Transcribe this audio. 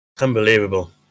unbelievable